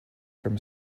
from